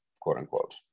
quote-unquote